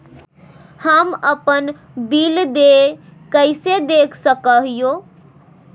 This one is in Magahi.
हम अपन बिल देय कैसे देख सको हियै?